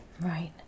right